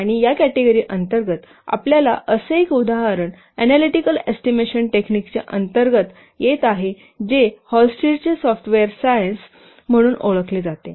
आणि या कॅटेगरी अंतर्गत आपल्याला असे एक उदाहरण ऍनालीटीकल एस्टिमेशन टेक्निकच्या अंतर्गत येत आहे जे हॉलस्टिडचे सॉफ्टवेअर सायन्स म्हणून ओळखले जाते